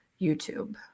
YouTube